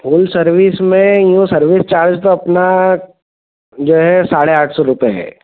full service में यूँ service charge तो अपना जो है साढ़े आठ सौ रुपये है